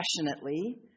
passionately